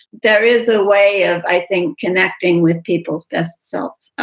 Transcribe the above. there is a way of i think, connecting with people's best selves.